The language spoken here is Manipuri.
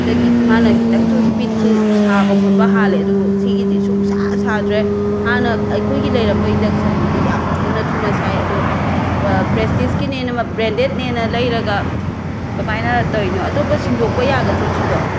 ꯑ ꯗꯒꯤ ꯃꯥꯅ ꯈꯤꯇꯪꯁꯨ ꯁ꯭ꯄꯤꯠꯁꯦ ꯁꯥꯕ ꯈꯣꯠꯄ ꯍꯥꯂꯦ ꯑꯗꯣ ꯁꯤꯒꯤꯁꯦ ꯁꯨꯡꯁꯥ ꯁꯥꯗ꯭ꯔꯦ ꯍꯥꯟꯅ ꯑꯩꯈꯣꯏꯒꯤ ꯂꯩꯔꯝꯕ ꯏꯟꯗꯛꯁꯟꯗꯨꯗꯤ ꯌꯥꯝ ꯊꯨꯅ ꯊꯨꯅ ꯁꯥꯏ ꯑꯗꯣ ꯄ꯭ꯔꯦꯁꯇꯤꯁꯀꯤꯅꯦꯅ ꯕ꯭ꯔꯦꯟꯗꯦꯠꯅꯦꯅ ꯂꯩꯔꯒ ꯀꯃꯥꯏꯅ ꯇꯧꯋꯤꯅꯣ ꯑꯇꯣꯞꯄ ꯁꯤꯟꯗꯣꯛꯄ ꯌꯥꯒꯗ꯭ꯔꯣ ꯁꯤꯕꯣ